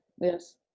Yes